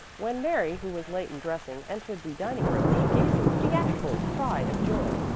when mary, who was late in dressing, entered the dining-room, she gave a theatrical cry of joy.